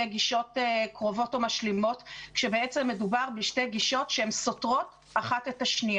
גישות קרובות או משלימות כשבעצם מדובר בשתי גישות שסותרות זו את זו.